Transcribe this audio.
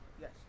Yes